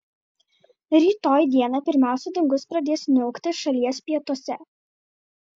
rytoj dieną pirmiausia dangus pradės niauktis šalies pietuose